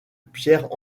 pierre